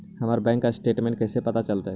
हमर bank statement कैसे पता चलतै?